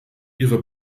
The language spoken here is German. ihre